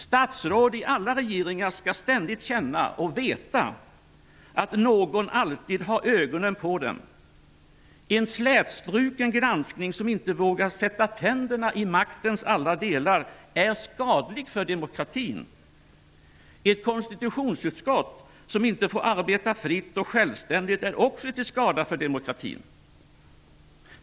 Statsråd i alla regeringar skall ständigt känna och veta att någon alltid har ögonen på dem. En slätstruken granskning, som inte vågar sätta tänderna i maktens alla delar, är skadlig för demokratin. Ett konstitutionsutskott som inte får arbeta fritt och självständigt är också till skada för demokratin.